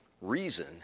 reason